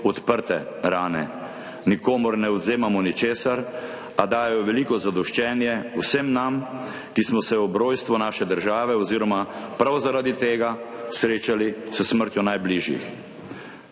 odprte rane. Nikomur ne odvzemamo ničesar, a dajejo veliko zadoščenje vsem nam, ki smo se ob rojstvu naše države oziroma prav zaradi tega srečali s smrtjo najbližjih.